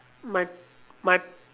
my my